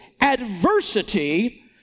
adversity